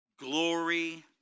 glory